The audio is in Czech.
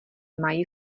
mají